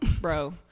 bro